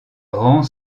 rend